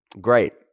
great